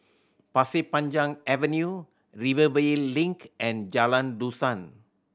Pasir Panjang Avenue Rivervale Link and Jalan Dusan